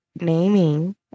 naming